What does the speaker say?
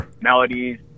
melodies